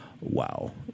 wow